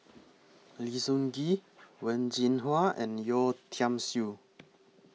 Lim Sun Gee Wen Jin Hua and Yeo Tiam Siew